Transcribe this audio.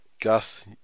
Gus